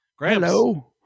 Hello